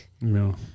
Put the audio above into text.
No